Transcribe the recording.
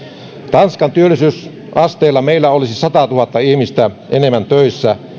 tanskan työllisyysasteella meillä olisi satatuhatta ihmistä enemmän töissä